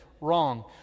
Wrong